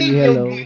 hello